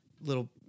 little